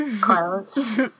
clothes